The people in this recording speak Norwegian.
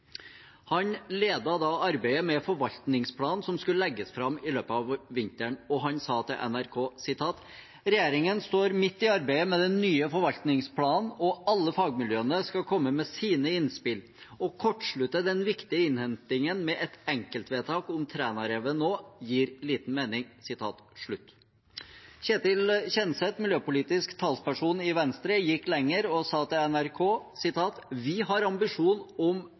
Han ledet da arbeidet med forvaltningsplanen som skulle legges fram i løpet av vinteren, og han sa til NRK: «Regjeringen står midt i arbeidet med den nye forvaltningsplanen, og alle fagmiljøene skal komme med sine innspill. - Å kortslutte den viktige innhentingen med et enkeltvedtak om Trænarevet nå, gir liten mening». Ketil Kjenseth, miljøpolitisk talsperson i Venstre, gikk lenger og sa til NRK: «Vi har ambisjon om